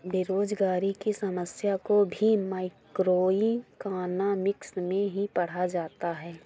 बेरोजगारी की समस्या को भी मैक्रोइकॉनॉमिक्स में ही पढ़ा जाता है